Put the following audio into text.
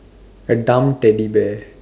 a dumb Teddy bear